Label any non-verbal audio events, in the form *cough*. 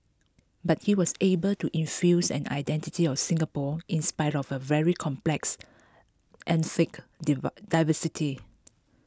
but he was able to infuse an identity of Singapore in spite of a very complex ethnic *unintelligible* diversity